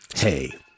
Hey